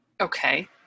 Okay